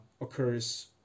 occurs